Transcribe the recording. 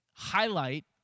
highlight